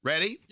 Ready